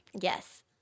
yes